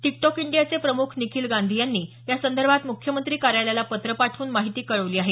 TikTok इंडियाचे प्रमुख निखील गांधी यांनी यासंदर्भात मुख्यमंत्री कार्यालयाला पत्र पाठवून माहिती कळवली आहे